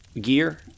gear